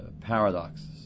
paradoxes